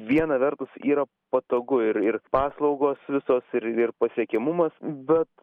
viena vertus yra patogu ir ir paslaugos visos ir ir pasiekiamumas bet